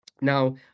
Now